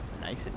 Nice